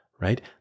right